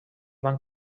van